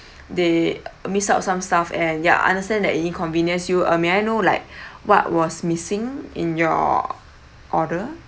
they missed out some stuff and yeah I understand that it inconvenienced you uh may I know like what was missing in your order